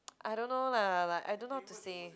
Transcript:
I don't know lah like I don't know what to say